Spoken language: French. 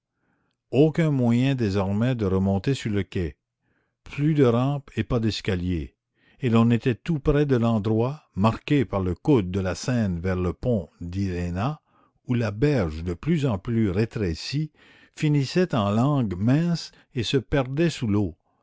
aucun moyen désormais de remonter sur le quai plus de rampe et pas d'escalier et l'on était tout près de l'endroit marqué par le coude de la seine vers le pont d'iéna où la berge de plus en plus rétrécie finissait en langue mince et se perdait sous l'eau